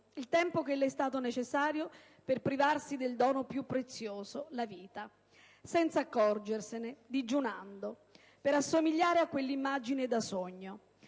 Il tempo che le è stato necessario per privarsi del dono più prezioso: la vita. Senza accorgersene, digiunando. Per assomigliare a quell'immagine da sogno.